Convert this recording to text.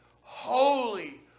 holy